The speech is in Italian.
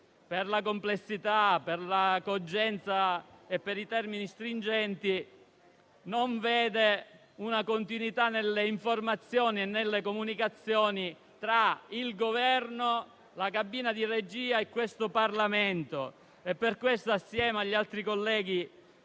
per la complessità, per la cogenza e per i termini stringenti, non c'è continuità nelle informazioni e nelle comunicazioni tra il Governo, la cabina di regia e il Parlamento. Per questo, insieme agli altri colleghi